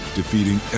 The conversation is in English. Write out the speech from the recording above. defeating